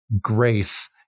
grace